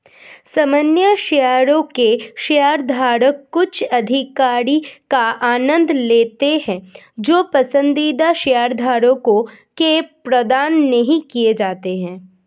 सामान्य शेयरों के शेयरधारक कुछ अधिकारों का आनंद लेते हैं जो पसंदीदा शेयरधारकों को प्रदान नहीं किए जाते हैं